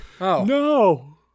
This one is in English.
No